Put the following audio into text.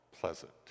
pleasant